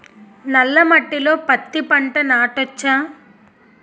నల్ల మట్టిలో పత్తి పంట నాటచ్చా?